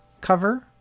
cover